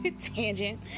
tangent